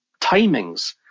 timings